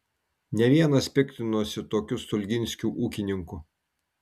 ne vienas piktinosi tokiu stulginskiu ūkininku